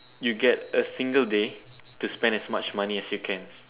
you get a single day to spend as much money as you can